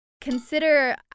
consider